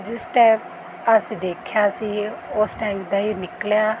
ਜਿਸ ਟਾਈਪ ਅਸੀਂ ਦੇਖਿਆ ਸੀ ਉਸ ਟਾਈਪ ਦਾ ਇਹ ਨਿਕਲਿਆ